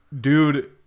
Dude